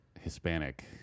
Hispanic